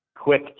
quick